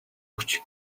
өгч